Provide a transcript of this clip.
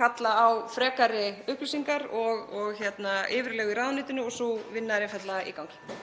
kalla á frekari upplýsingar og yfirlegu í ráðuneytinu og sú vinna er einfaldlega í gangi.